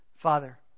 Father